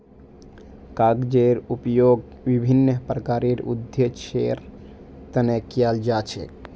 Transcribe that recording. कागजेर उपयोग विभिन्न प्रकारेर उद्देश्येर तने कियाल जा छे